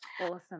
Awesome